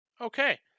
Okay